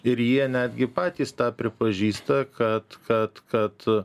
ir jie netgi patys tą pripažįsta kad kad kad